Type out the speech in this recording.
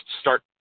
start